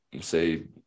say